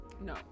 No